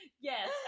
yes